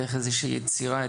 דרך איזה שהיא יצירה,